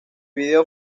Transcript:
video